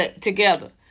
together